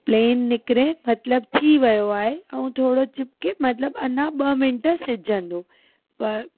plain निकिरे मतलबु थी वियो आहे ऐं थोरो चिपके मतलबु अञा ॿ मिंट सिझंदो ॿ